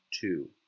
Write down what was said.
two